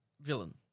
villain